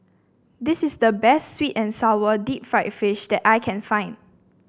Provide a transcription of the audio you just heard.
this is the best sweet and sour Deep Fried Fish that I can find